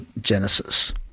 Genesis